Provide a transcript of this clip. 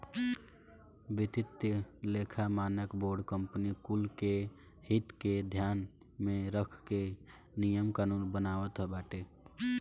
वित्तीय लेखा मानक बोर्ड कंपनी कुल के हित के ध्यान में रख के नियम कानून बनावत बाटे